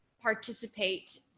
participate